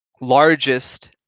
largest